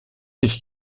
ich